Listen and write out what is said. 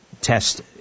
test